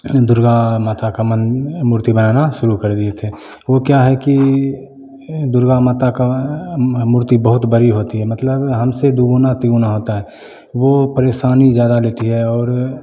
दुर्गा माता का मूर्ति बनाना शुरू कर दिए थे वो क्या है कि दुर्गा माता का मूर्ति बहुत बड़ी होती है मतलब हमसे दो गुना तीन गुना होता है वो परेशानी ज़्यादा लेती है और